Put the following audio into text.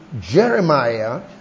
Jeremiah